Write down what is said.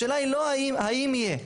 השאלה היא לא האם יהיה,